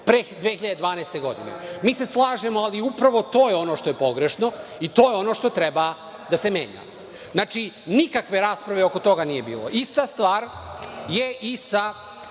pre 2012. godine. Mi se slažemo, ali upravo to je ono što je pogrešno i to je ono što treba da se menja. Nikakve rasprave oko toga nije bilo. Ista stvar je i sa